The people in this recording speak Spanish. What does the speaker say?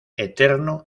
eterno